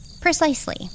precisely